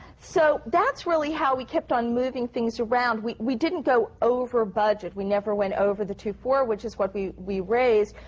so that's really how we kept on moving things around. we we didn't go over budget, we never went over the two four, which is what we we raised.